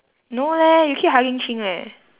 no leh you keep hurrying ching leh